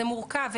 זה מורכב,